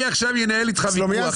אני עכשיו אנהל איתך ויכוח,